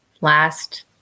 last